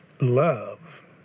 love